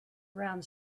around